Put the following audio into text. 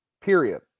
Period